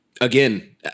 again